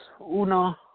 uno